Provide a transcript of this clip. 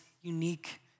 unique